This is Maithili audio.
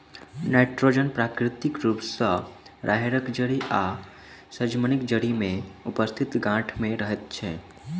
नाइट्रोजन प्राकृतिक रूप सॅ राहैड़क जड़ि आ सजमनिक जड़ि मे उपस्थित गाँठ मे रहैत छै